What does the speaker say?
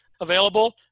available